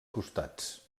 costats